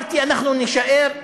אנחנו נישאר אזרחים,